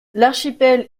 l’archipel